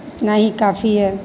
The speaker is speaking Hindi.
इतना ही काफ़ी है